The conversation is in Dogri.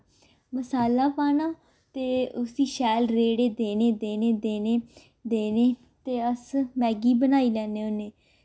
मसाला पाना ते उसी शैल रेड़े देने देने देने देने ते अस मैगी बनाई लैन्ने होन्ने